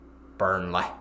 Burnley